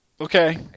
Okay